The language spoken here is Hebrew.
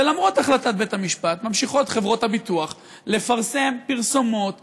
ולמרות החלטת בית-המשפט ממשיכות חברות הביטוח לפרסם פרסומות פוגעניות,